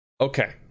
Okay